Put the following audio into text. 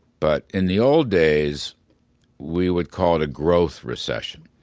but in the old days we would call it a growth recession.